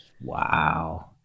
Wow